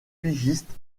pigiste